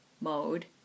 mode